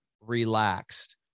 relaxed